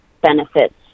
benefits